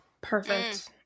perfect